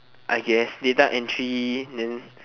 I guess data entry then